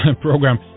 program